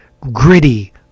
gritty